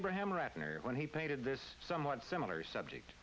abraham ratner when he painted this somewhat similar subject